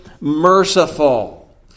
merciful